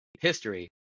history